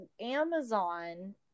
Amazon